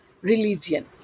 religion